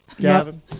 Gavin